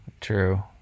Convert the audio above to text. true